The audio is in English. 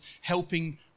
helping